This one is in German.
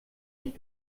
nicht